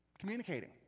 communicating